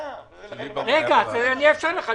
פנה אליי אורי אילן ואמר לי: יש לי